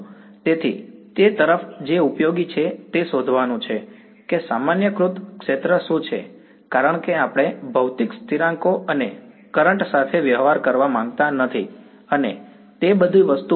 તેથી તે તરફ જે ઉપયોગી છે તે શોધવાનું છે કે સામાન્યકૃત ક્ષેત્ર શું છે કારણ કે આપણે ભૌતિક સ્થિરાંકો અને કરંટ સાથે વ્યવહાર કરવા માંગતા નથી અને તે બધી વસ્તુ પર